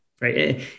right